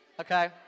okay